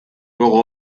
gogo